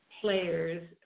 players